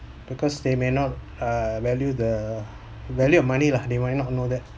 because they may not uh value the value of money lah they might not know that